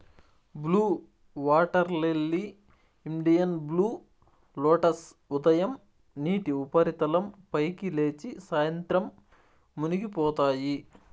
blue water lily, Indian blue lotus ఉదయం నీటి ఉపరితలం పైకి లేచి, సాయంత్రం మునిగిపోతాయి